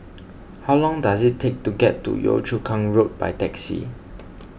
how long does it take to get to Yio Chu Kang Road by taxi